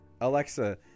Alexa